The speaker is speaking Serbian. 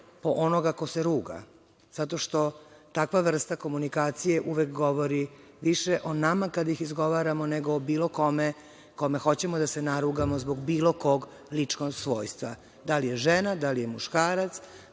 po onoga ko se ruga, zato što takva vrsta komunikacije uvek govori više o nama kada ih izgovaramo, nego o bilo kome, kome hoćemo da se narugamo, zbog bilo kog ličnog svojstva, da li je žena, da li je muškarac,